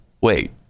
Wait